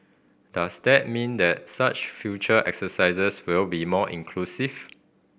does that mean that such future exercises will be more inclusive